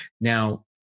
Now